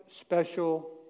special